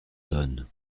donne